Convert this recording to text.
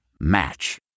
Match